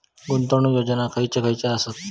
गुंतवणूक योजना खयचे खयचे आसत?